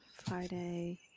Friday